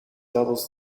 doubles